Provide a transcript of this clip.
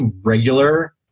regular